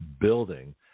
building